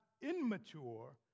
immature